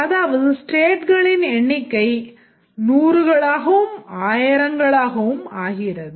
அதாவது ஸ்டேட்களின் எண்ணிக்கை 100 களாகவும் 1000 களாகவும் ஆகிறது